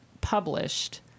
published